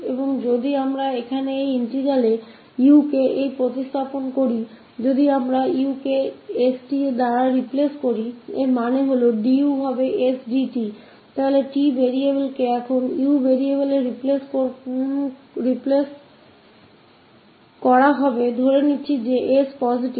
अगर हम इस u को इस integral मे रखते है अगर हम इस u को st से बदल देते है इसका मतलब du sdt होगा तो t वेरिएबल u से बदला गया है अब मानते है s पॉजिटिव है